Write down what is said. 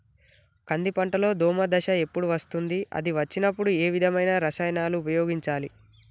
కంది పంటలో దోమ దశ ఎప్పుడు వస్తుంది అది వచ్చినప్పుడు ఏ విధమైన రసాయనాలు ఉపయోగించాలి?